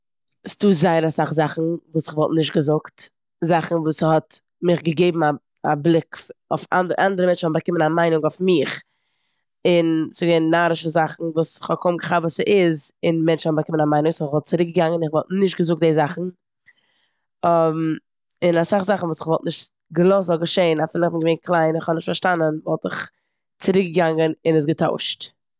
ס'דא זייער אסאך זאכן וואס כ'וואלט נישט געזאגט, זאכן וואס האט מיך געגעבן א- א בליק אויף פ- אנדערע מענטשן האבן באקומען א מיינונג אויף מיך און ס'געווען נארישע זאכן וואס כ'האב קוים געכאפט וואס ס'איז און מענטשן האבן באקומען א מיינונג. סאו כ'וואלט צירוקגעגאנגען און כ'וואלט נישט געזאכט די זאכן און אסאך זאכן וואס כ'וואלט נישט געלאזט זאל געשען אפילו כ'בין געווען קליין און כ'האב נישט פארשטאנען וואלט איך צירוקגעגאנגען און עס געטוישט.